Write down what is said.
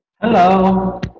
Hello